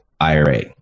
IRA